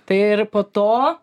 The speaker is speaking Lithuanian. tai ir po to